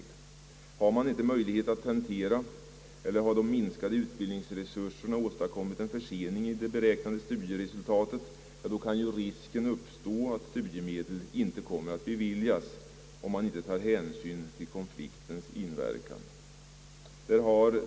Har den studerande inte möjlighet att tentera eller har de minskade utbildningsresurserna åstadkommit en försening av beräknade studieresultat, kan risk uppstå att studiemedel inte kommer att beviljas, om man inte tar hänsyn till konfliktens inverkan.